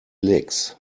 licks